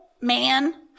man